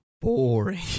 boring